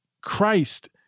Christ